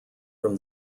from